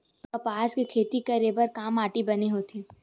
कपास के खेती करे बर का माटी बने होथे?